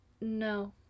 No